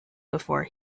before